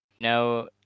No